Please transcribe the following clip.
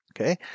Okay